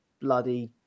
bloody